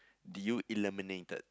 do you eliminated